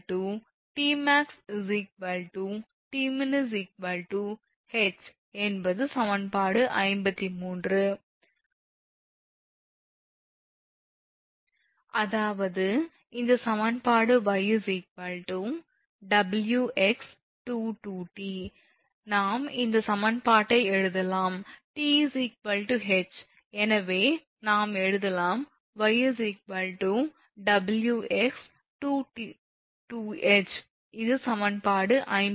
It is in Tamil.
𝑇 𝑇𝑚𝑎𝑥 𝑇𝑚𝑖𝑛 𝐻 என்பது சமன்பாடு 53 அதாவது இந்த சமன்பாடு 𝑦 𝑊𝑥22𝑇 நாம் இந்த சமன்பாட்டை எழுதலாம் 𝑇 𝐻 எனவே நாம் எழுதலாம் 𝑦 𝑊𝑥22𝐻 இது சமன்பாடு 53